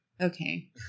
okay